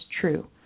true